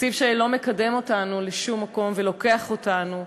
תקציב שלא מקדם אותנו לשום מקום ולוקח אותנו,